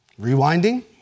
rewinding